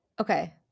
Okay